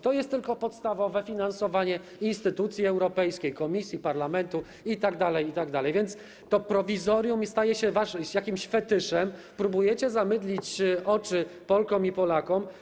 To jest tylko podstawowe finansowanie instytucji europejskiej, Komisji, Parlamentu itd., itd. Prowizorium staje się jakimś fetyszem, próbujecie zamydlić oczy Polkom i Polakom.